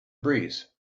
breeze